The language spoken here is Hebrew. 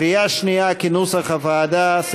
קריאה שנייה, כנוסח הוועדה.